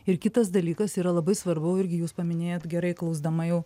ir kitas dalykas yra labai svarbu irgi jūs paminėjot gerai klausdama jau